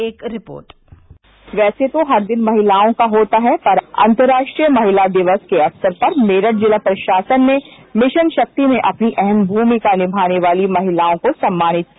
एक रिपोर्ट वैसे तो हर दिन महिलाओं का होता है पर अंतर्राष्ट्रीय महिला दिवस के अवसर पर मेरठ जिला प्रशासन ने मिशन शक्ति में अपनी अहम भूमिका नियाने वाली महिलाओं को सम्मानित किया